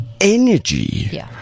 energy